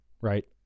right